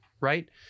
right